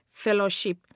fellowship